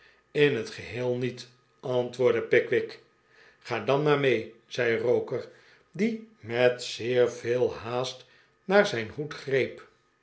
in het geheel niet antwoordde pickwick ga dan maar mee zei roker die met zeer veel haast naar zijn hoed greep